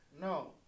no